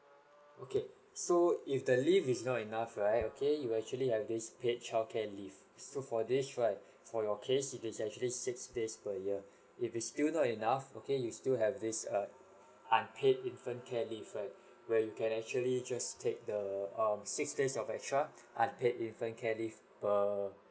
okay so if the leave is not enough right okay you actually have this paid childcare leave so for this right for your case it is actually six days per year if is still not enough okay you still have this uh unpaid infant care leave right where you can actually just take the err six days of extra unpaid infant care leave per